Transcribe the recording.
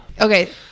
Okay